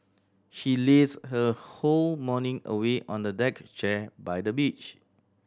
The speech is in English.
she lazed her whole morning away on a deck chair by the beach